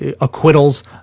acquittals